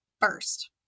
first